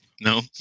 no